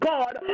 God